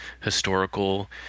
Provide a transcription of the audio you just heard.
historical